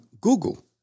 Google